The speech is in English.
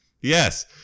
Yes